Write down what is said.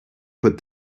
put